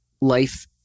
life